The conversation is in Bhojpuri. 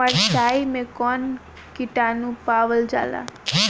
मारचाई मे कौन किटानु पावल जाला?